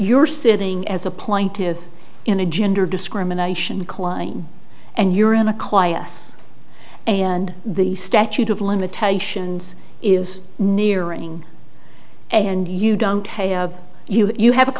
you're sitting as a plaintive in a gender discrimination client and you're in a client's and the statute of limitations is nearing and you don't have it you have a